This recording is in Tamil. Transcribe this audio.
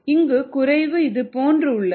இங்கு குறைவு இது போன்று உள்ளது